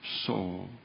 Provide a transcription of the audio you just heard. soul